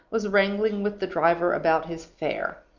was wrangling with the driver about his fare.